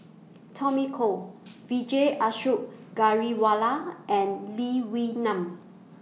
Tommy Koh Vijesh Ashok Ghariwala and Lee Wee Nam